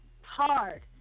hard